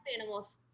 animals